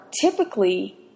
typically